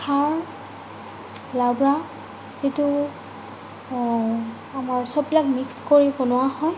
খাওঁ লাব্ৰা যিটো আমাৰ চববিলাক মিক্স কৰি বনোৱা হয়